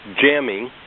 jamming